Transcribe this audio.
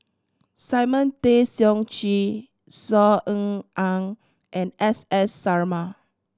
Simon Tay Seong Chee Saw Ean Ang and S S Sarma